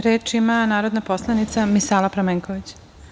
Reč ima narodna poslanica Misala Pramenković.